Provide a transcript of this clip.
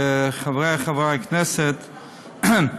חברי חברי הכנסת,